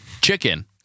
Chicken